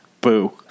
Boo